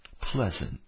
pleasant